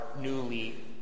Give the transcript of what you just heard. newly